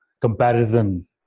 comparison